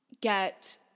get